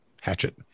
hatchet